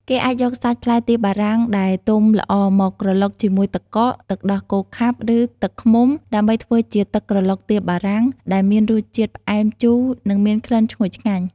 គេអាចយកសាច់ផ្លែទៀបបារាំងដែលទុំល្អមកក្រឡុកជាមួយទឹកកក ទឹកដោះគោខាប់ ឬទឹកឃ្មុំដើម្បីធ្វើជា ទឹកក្រឡុកទៀបបារាំង ដែលមានរសជាតិផ្អែម ជូរ និងមានក្លិនឈ្ងុយឆ្ងាញ់។